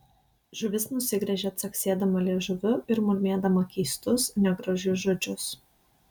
žuvis nusigręžė caksėdama liežuviu ir murmėdama keistus negražius žodžius